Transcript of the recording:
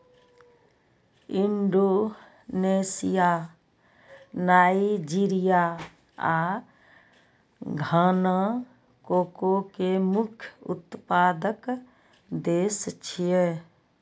Indonesia, Nigeria आ Ghana cocoa के मुख्य उत्पादक देश छियै